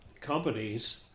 companies